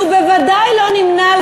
שהוא בוודאי לא נמנה על